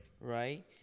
Right